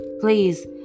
Please